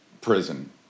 prison